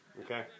Okay